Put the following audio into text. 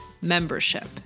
membership